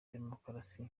demokarasi